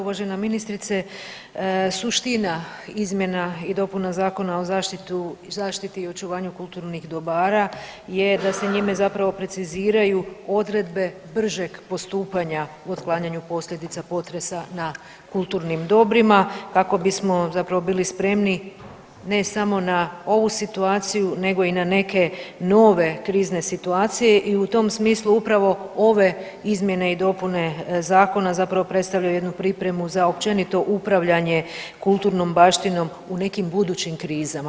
Uvažena ministrice suština izmjena i dopuna Zakona o zaštitu, zaštiti i očuvanju kulturnih dobara je da se njime zapravo preciziraju odredbe bržeg postupanja u otklanjanju posljedica potresa na kulturnim dobrima kako bismo zapravo bili spremni ne samo na ovu situaciju nego i na neke nove krizne situacije i u tom smislu upravo ove izmjene i dopune zakona zapravo predstavljaju jednu pripremu za općenito upravljanje kulturnom baštinom u nekim budućim krizama.